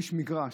יש מגרש,